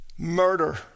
murder